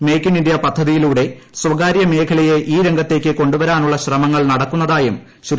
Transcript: make in India പദ്ധതിയിലൂടെ സ്വകാരൃമേഖലയെ ഈ രംഗത്തേക്ക് കൊണ്ടുവരാനുള്ള ശ്രമങ്ങൾ നടക്കുന്നതായും ശ്രീ